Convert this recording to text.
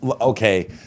okay